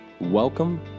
Welcome